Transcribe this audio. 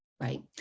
Right